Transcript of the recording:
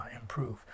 improve